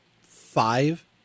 five